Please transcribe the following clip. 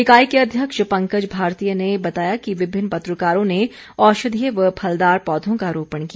इकाई के अध्यक्ष पंकज भारतीय ने बताया कि विभिन्न पत्रकारों ने औषधीय व फलदार पौधों का रोपण किया